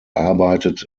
arbeitet